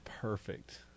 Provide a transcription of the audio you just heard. perfect